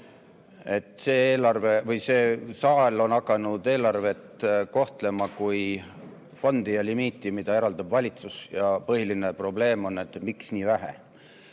See saal on hakanud eelarvet kohtlema kui fondi ja limiiti, mida eraldab valitsus, ja põhiline probleem on, et miks nii vähe.